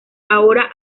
ahora